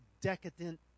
decadent